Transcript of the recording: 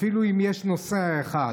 אפילו אם יש נוסע אחד,